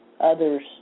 others